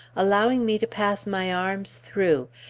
allowing me to pass my arms through,